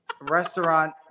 restaurant